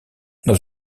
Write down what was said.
dans